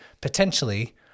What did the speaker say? potentially